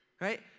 right